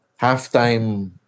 halftime